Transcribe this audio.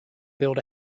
build